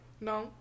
No